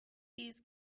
these